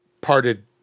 parted